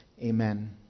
Amen